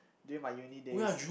during my uni days